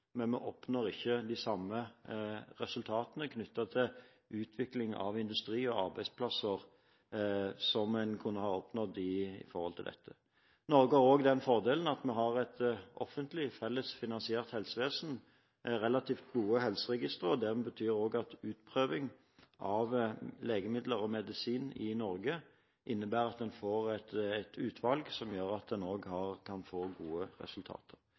men vi oppnår ikke de resultatene knyttet til utvikling av industri og arbeidsplasser som en kunne ha gjort sett i forhold til dette. Norge har også den fordelen at vi har et offentlig, felles finansiert helsevesen og relativt gode helseregistre. Det betyr at utprøving av legemidler og medisin i Norge innebærer at en får et utvalg som gjør at en kan få gode resultater.